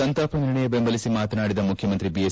ಸಂತಾಪ ನಿರ್ಣಯ ಬೆಂಬಲಿಸಿ ಮಾತನಾಡಿದ ಮುಖ್ಯಮಂತ್ರಿ ಐಎಸ್